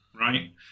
right